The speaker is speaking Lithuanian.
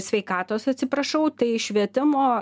sveikatos atsiprašau tai švietimo